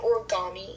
origami